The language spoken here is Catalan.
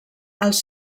els